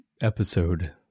episode